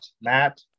Matt